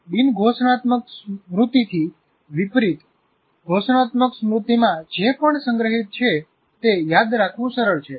બિન ઘોષણાત્મક સ્મૃતિથી વિપરીત ઘોષણાત્મક સ્મૃતિમાં જે પણ સંગ્રહિત છે તે યાદ રાખવું સરળ છે